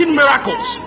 miracles